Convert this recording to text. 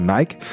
Nike